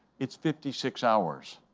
it's fifty six hours.